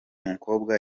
mukobwa